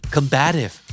Combative